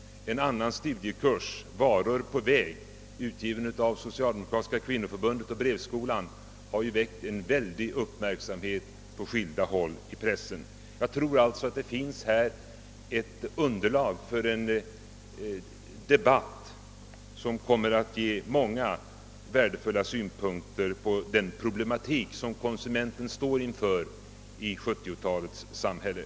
En annan studiekurs »Varor på väg», utgiven av Socialdemokratiska kvinnoförbundet och Brevskolan, har ju väckt en mycket stor uppmärksamhet på skilda håll i pressen. Jag tror att här finns ett underlag för en debatt som kan ge många värdefulla synpunkter på den problematik som konsumenten står inför i 1970-talets samhälle.